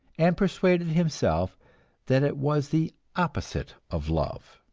and persuaded himself that it was the opposite of love.